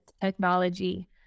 technology